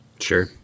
Sure